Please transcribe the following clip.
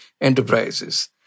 enterprises